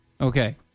Okay